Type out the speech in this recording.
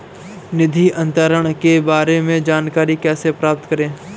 निधि अंतरण के बारे में जानकारी कैसे प्राप्त करें?